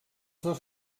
dos